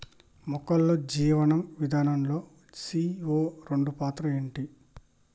మొక్కల్లో జీవనం విధానం లో సీ.ఓ రెండు పాత్ర ఏంటి?